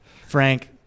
Frank